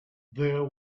there